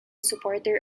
supporter